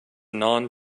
non